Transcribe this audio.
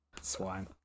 Swine